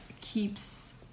keeps